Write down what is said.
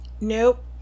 nope